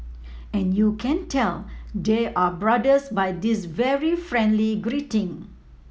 and you can tell they are brothers by this very friendly greeting